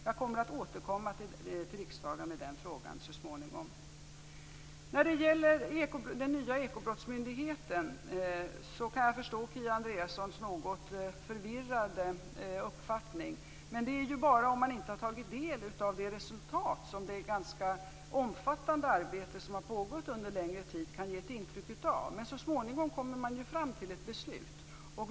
Jag kommer att återkomma till riksdagen med den frågan så småningom. När det gäller den nya ekobrottsmyndigheten kan jag förstå Kia Andreassons något förvirrade uppfattning. Intrycket kan vara förvirrande om man inte har tagit del av det resultat som det rätt omfattande arbete som har pågått längre tid har lett till. Så småningom kommer man fram till ett beslut.